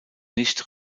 nicht